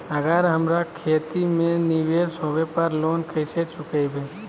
अगर हमरा खेती में निवेस होवे पर लोन कैसे चुकाइबे?